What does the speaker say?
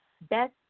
Best